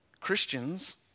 Christians